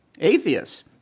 atheists